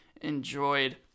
enjoyed